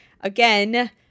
again